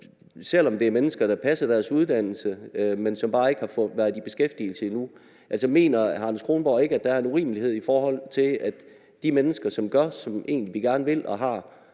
selv om det er mennesker, der passer deres uddannelse. Men de har bare ikke været i beskæftigelse endnu. Mener hr. Anders Kronborg ikke, at der er en urimelighed i, at vi udelukker de mennesker, som gør, som vi gerne vil have